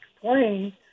playing